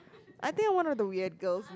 I think I'm one of the weird girl